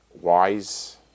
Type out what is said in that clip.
wise